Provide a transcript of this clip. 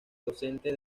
docente